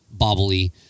bobbly